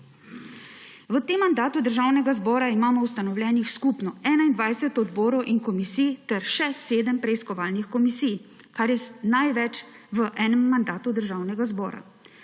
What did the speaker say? V tem mandatu Državnega zbora imamo ustanovljenih skupno 21 odborov in komisij ter še 7 preiskovalnih komisij, kar je največ v enem mandatu Državnega zbora.